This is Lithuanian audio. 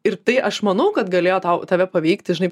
ir tai aš manau kad galėjo tau tave paveikti žinai